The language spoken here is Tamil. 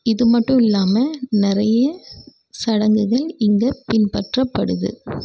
இது மட்டுல்லாமல் நிறைய சடங்குகள் இங்கே பின்பற்றப்படுது